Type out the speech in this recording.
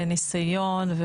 עם ניסיון,